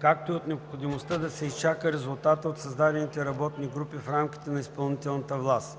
както и от необходимостта да се изчака резултатът от създадените работни групи в рамките на изпълнителната власт.